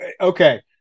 okay